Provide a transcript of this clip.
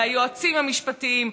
היועצים המשפטיים,